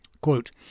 Quote